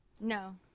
No